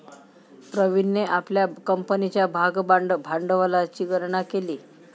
प्रवीणने आपल्या कंपनीच्या भागभांडवलाची गणना केली